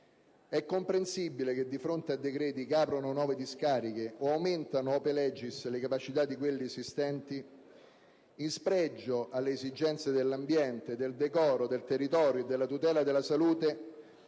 È comprensibile che di fronte a decreti che aprono nuove discariche o aumentano *ope legis* la capacità di quelle esistenti, in spregio alle esigenze dell'ambiente, del decoro del territorio e della tutela della salute,